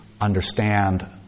understand